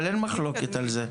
אבל אין מחלוקת על זה.